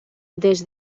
des